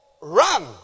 run